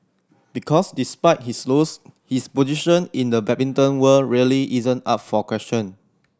because despite his loss his position in the badminton world really isn't up for question